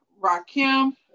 Rakim